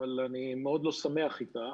אבל אני מאוד לא שמח איתה.